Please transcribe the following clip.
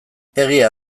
egia